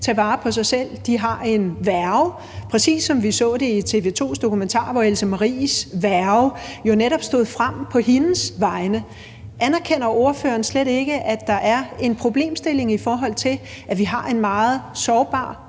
tage vare på sig selv? De har en værge, præcis som vi så det i TV 2's dokumentar, hvor Else Maries værge jo netop stod frem på hendes vegne. Anerkender ordføreren slet ikke, at der er den problemstilling, at vi har en meget sårbar